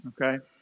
okay